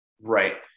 Right